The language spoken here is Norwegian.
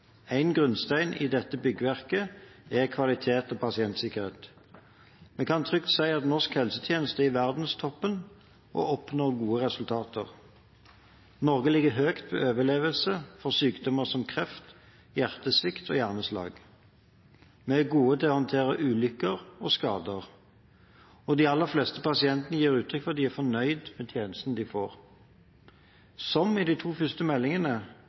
En grunnstein i dette byggverket er kvalitet og pasientsikkerhet. Vi kan trygt si at norsk helsetjeneste er i verdenstoppen og oppnår gode resultater. Norge ligger høyt når det gjelder å overleve sykdommer som kreft, hjertesvikt og hjerneslag. Vi er gode til å håndtere ulykker og skader, og de aller fleste pasientene gir uttrykk for at de er fornøyd med tjenestene de får. Som i de to første meldingene